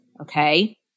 okay